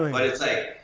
um but it's like,